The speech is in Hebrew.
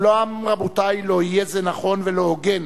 ואולם, רבותי, לא יהיה זה נכון ולא הוגן